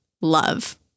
love